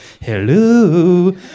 hello